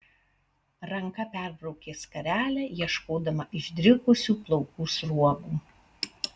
ranka perbraukė skarelę ieškodama išdrikusių plaukų sruogų